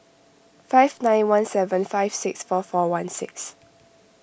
five nine one seven five six four four one six